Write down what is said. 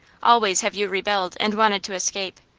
always have you rebelled and wanted to escape.